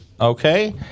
okay